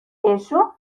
eso